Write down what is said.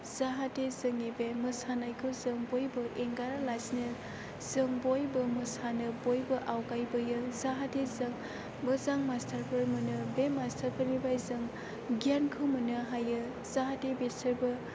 जाहाथे जोंनि बे मोसानायखौ जों बयबो नागारालासिनो जों बयबो मोसानो बयबो आवगायबोयो जाहाथे जों मोजां मास्टार फोर मोनो बे मास्टार फोरनिफाय जों गियानखौ मोननो हायो जाहाथे बिसोरबो